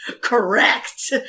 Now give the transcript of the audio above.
Correct